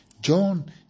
John